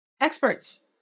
experts